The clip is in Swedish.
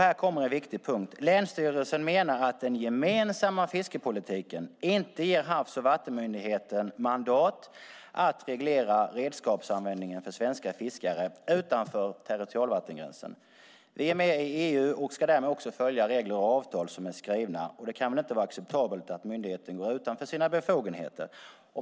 Här kommer en viktig punkt: "Länsstyrelsen menar att den gemensamma fiskepolitiken inte ger Havs och vattenmyndigheten mandat att reglera redskapsanvändningen för svenska fiskare utanför territorialvattengränsen." Vi är med i EU och ska därmed följa regler och avtal som är skrivna. Det kan väl inte vara acceptabelt att myndigheten går utanför sina befogenheter.